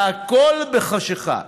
והכול בחשכה.